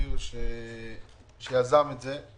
לאופיר כץ שיזם את הדיון הזה.